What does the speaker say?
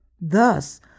Thus